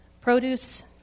produce